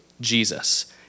Jesus